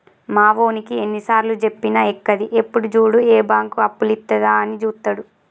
మావోనికి ఎన్నిసార్లుజెప్పినా ఎక్కది, ఎప్పుడు జూడు ఏ బాంకు అప్పులిత్తదా అని జూత్తడు